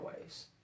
ways